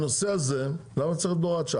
הנושא הזה, למה צריך להיות בהוראת שעה?